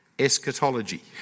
eschatology